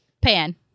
Pan